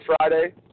Friday